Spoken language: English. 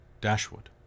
Dashwood